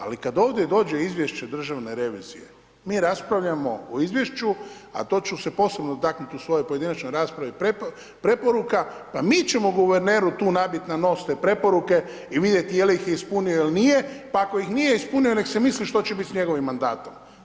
Ali, kad ovdje dođe izvješće državne revizije, mi raspravljamo o izvješću, a to ću se posebno taknuti u svojoj pojedinačnoj raspravi preporuka pa mi ćemo guverneru tu nabiti na nos te preporuke i vidjeti je li ih ispunio ili nije, pa ako ih nije ispunio neka se misli što će biti s njegovim mandatom.